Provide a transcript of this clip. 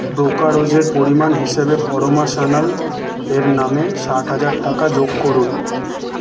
ব্রোকারোজের পরিমাণ হিসেবে পরমা সান্যাল এর নামে ষাট হাজার টাকা যোগ করুন